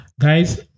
Guys